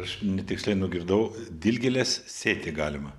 aš netiksliai nugirdau dilgėlės sėti galima